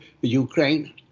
ukraine